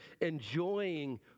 enjoying